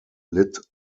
lit